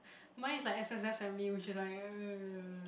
mine is like S_S_S family which is like ugh